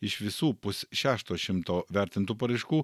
iš visų pusšešto šimto vertintų paraiškų